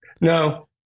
no